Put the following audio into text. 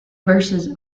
verses